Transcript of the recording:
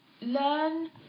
learn